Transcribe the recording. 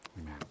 amen